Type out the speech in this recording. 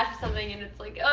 something, and it's like,